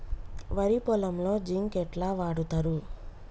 వరి పొలంలో జింక్ ఎట్లా వాడుతరు?